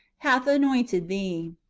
hath anointed thee.